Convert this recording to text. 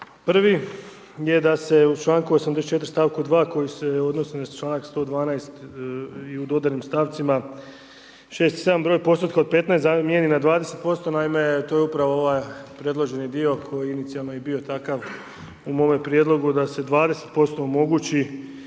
Prvi je da se u članku 84. stavku 2. koji se odnosi na članak 112. i u dodanim stavcima 6. i 7. broj postotka od 15 zamijeni sa 20%. Naime, to je upravo ovaj predloženi dio koji je inicijalno i bio takav u mome prijedlogu da se 20% omogući